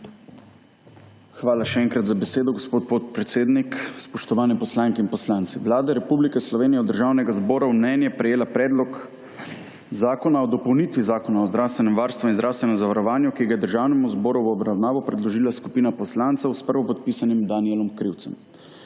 Hvala še enkrat za besedo, gospod podpredsednik. Spoštovane poslanke in poslanci! Vlada Republike Slovenije je od Državnega zbora v mnenje prejela Predlog zakona o dopolnitvi Zakona o zdravstvenem varstvu in zdravstvenem zavarovanju, ki ga je Državnemu zboru v obravnavo predložila skupina poslancev s prvo podpisanim Danijelom Krivcem.